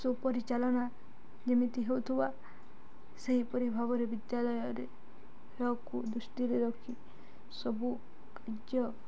ସୁପରିଚାଳନା ଯେମିତି ହେଉଥିବା ସେହିପରି ଭାବରେ ବିଦ୍ୟାଳୟରେ ଏହାକୁ ଦୃଷ୍ଟିରେ ରଖି ସବୁ କାର୍ଯ୍ୟ